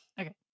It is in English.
Okay